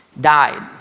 died